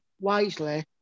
wisely